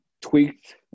tweaked